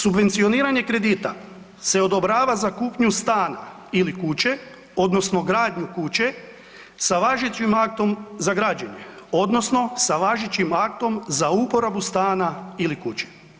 Subvencioniranje kredita se odobrava za kupnju stana ili kuće, odnosno gradnju kuće sa važećim aktom za građenje, odnosno sa važećim aktom za uporabu stana ili kuće.